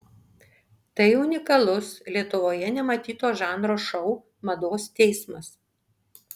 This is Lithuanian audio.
tai unikalus lietuvoje nematyto žanro šou mados teismas